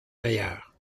meilleur